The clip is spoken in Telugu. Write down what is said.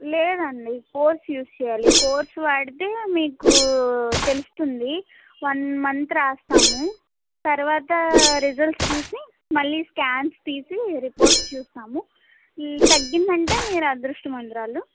లేదండి కోర్స్ యూజ్ చేయాలి కోర్స్ వాడితే మీకు తెలుస్తుంది వన్ మంత్ రాస్తాము తర్వాత రిసల్ట్స్ చూసి మళ్ళీ స్కాన్స్ తీసి రిపోర్ట్స్ చూస్తాము ఇది తగ్గింది అంటే మీరు అదృష్టవంతురాలు